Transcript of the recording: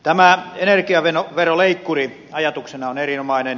tämä energiaveroleikkuri on ajatuksena erinomainen